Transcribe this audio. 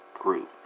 group